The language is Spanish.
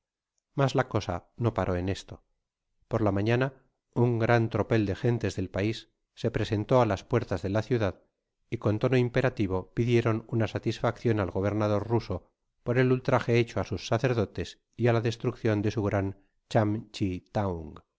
mas la cosa no paró en esto por la mañana un gran tropel de gentes del pais se presentó á las puertas de la ciudad y con tono imperativo pidieron una satisfacctca al gobernador ruso por el ultraje hecho á sus sacerdotes y á la destruccion de su gran cham chi thaung